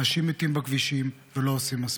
אנשים מתים בכבישים, ולא עושים מספיק.